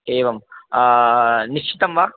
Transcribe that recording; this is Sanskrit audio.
एवं निश्चितं वा